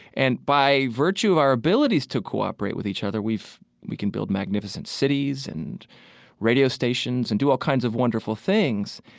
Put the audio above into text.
and by virtue of our abilities to cooperate with each other, we can build magnificent cities and radio stations and do all kinds of wonderful things.